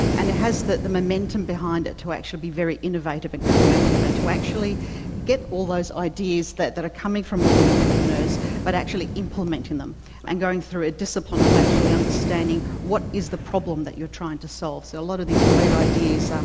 and it has the the momentum behind it to actually be very innovative and creative and to actually get all those ideas that that are coming from all the entrepreneurs but actually implementing them and going through a discipline of actually understanding what is the problem that you're trying to solve. so a lot of these great ideas, um